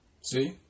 See